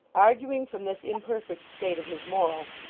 arguing from this imperfect state of his morals,